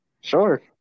Sure